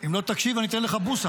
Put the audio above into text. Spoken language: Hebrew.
אם לא תקשיב אני אתן לך בוסה.